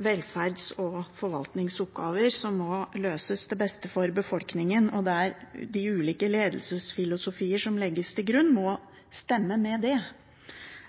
velferds- og forvaltningsoppgaver som må løses til beste for befolkningen, og der de ulike ledelsesfilosofier som legges til grunn, må stemme med det,